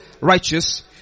righteous